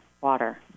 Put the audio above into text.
water